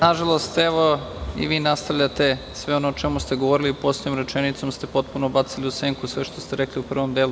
Nažalost, evo i vi nastavljate sve ono o čemu ste govorili, poslednjom rečenicom ste bacili u senku sve što ste rekli u prvom delu.